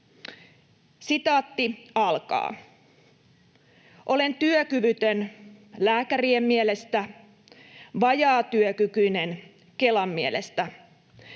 arkitodellisuuteen. ”Olen työkyvytön lääkärien mielestä, vajaatyökykyinen Kelan mielestä.